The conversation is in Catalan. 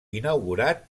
inaugurat